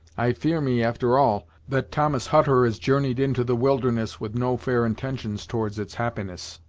i fear me, after all, that thomas hutter has journeyed into the wilderness with no fair intentions towards its happiness.